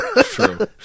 true